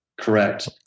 Correct